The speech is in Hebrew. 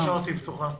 כמה שעות היא פתוחה?